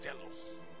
jealous